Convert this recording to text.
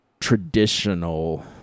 traditional